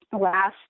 last